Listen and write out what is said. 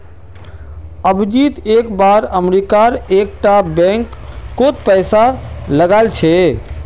अभिजीत एक बार अमरीका एक टा बैंक कोत पैसा लगाइल छे